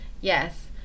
Yes